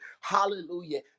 hallelujah